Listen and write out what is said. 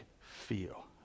feel